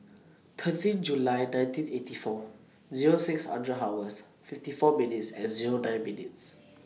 thirteen July nineteen eighty four Zero six hundred hours fifty four minutes and Zero nine minutes